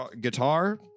guitar